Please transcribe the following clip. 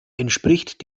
entspricht